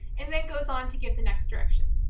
and then goes on to give the next direction.